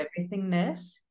everythingness